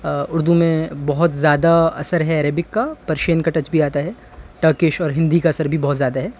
اردو میں بہت زیادہ اثر ہے عربک کا پرشین کا ٹچ بھی آتا ہے ٹرکش اور ہندی کا اثر بھی بہت زیادہ ہے